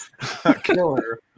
killer